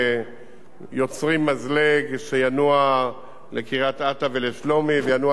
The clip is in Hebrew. יוצרים מזלג שינוע לקריית-אתא ולשלומי וינוע עד קריית-שמונה,